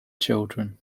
children